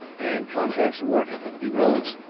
and contracts awarded. he rose.